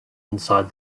inside